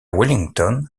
wellington